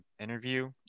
interview